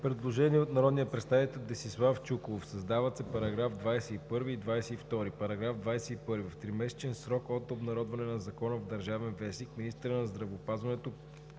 Предложение от народния представител Десислав Чуколов: „Създават се § 21 и 22: „§ 21. В тримесечен срок от обнародване на закона в „Държавен вестник“ министърът на здравеопазването